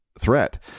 threat